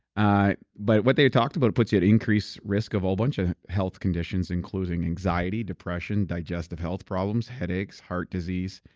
but what they talked about puts you at increased risk of all bunch of health conditions including anxiety, depression, digestive health problems, headaches heart disease,